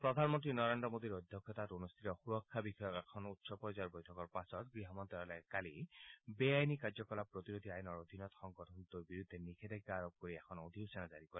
প্ৰধানমন্তী নৰেন্দ্ৰ মোডীৰ অধ্যক্ষতাত অনুষ্ঠিত সুৰক্ষা বিষয়ক এখন উচ্চ পৰ্যায়ৰ বৈঠকৰ পাছত গৃহ মন্ত্যালয়ে কালি বেআইনী কাৰ্যকলাপ প্ৰতিৰোধী আইনৰ অধীনত সংগঠনটোৰ বিৰুদ্ধে নিধেষাজ্ঞা আৰোপ কৰি এখন অধিসূচনা জাৰি কৰে